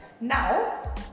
Now